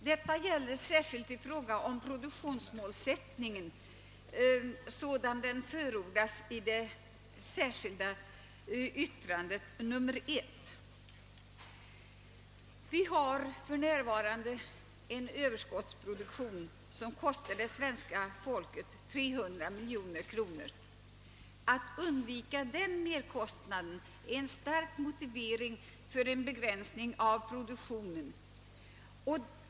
Detta gäller särskilt i fråga om produktionsmålsättningen sådan den förordas i det särskilda yttrandet ör 1. Vi har för närvarande en överskottsproduktion som kostar det svenska folket 300 miljoner kronor årligen. Att undvika denna merkostnad är en stark motivering för en begränsning av produktionen.